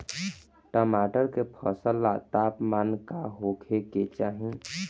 टमाटर के फसल ला तापमान का होखे के चाही?